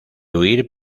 huir